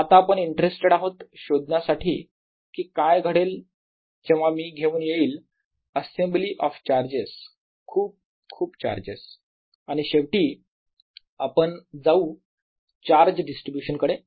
आता आपण इंट्रेस्टेड आहोत शोधण्यासाठी कि काय घडेल जेव्हा मी घेऊन येईन असेंबली ऑफ चार्जेस खूप खूप चार्जेस आणि शेवटी आपण जाऊ चार्ज डिस्ट्रीब्यूशन कडे